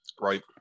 right